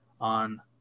on